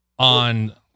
On